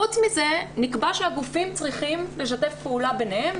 חוץ מזה, נקבע שהגופים צריכים לשתף פעולה ביניהם.